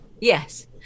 Yes